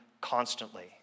constantly